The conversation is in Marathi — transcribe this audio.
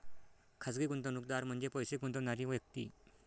खाजगी गुंतवणूकदार म्हणजे पैसे गुंतवणारी व्यक्ती